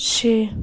छे